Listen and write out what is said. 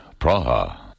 Praha